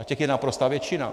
A těch je naprostá většina.